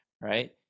right